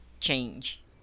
change